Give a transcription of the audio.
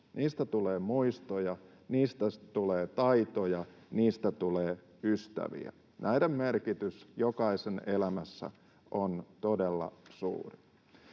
Niistä tulee muistoja, niistä tulee taitoja, niistä tulee ystäviä. Näiden merkitys jokaisen elämässä on todella suuri.